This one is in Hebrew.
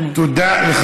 תודה, אדוני.